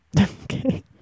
Okay